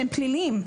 שהם פליליים,